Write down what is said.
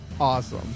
Awesome